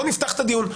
בוא נפתח את הדיון.